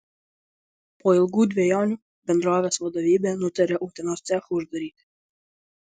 po ilgų dvejonių bendrovės vadovybė nutarė utenos cechą uždaryti